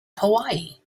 hawaii